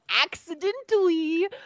accidentally